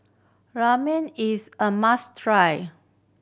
ramen is a must try